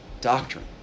doctrine